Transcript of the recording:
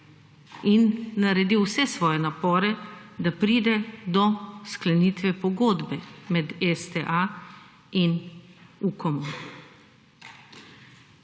in naredil vse svoje napore, da pride do sklenitve pogodbe med STA in Ukomom.